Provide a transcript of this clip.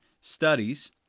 studies